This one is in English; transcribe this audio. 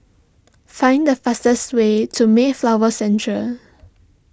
find the fastest way to Mayflower Centre